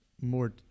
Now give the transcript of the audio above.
more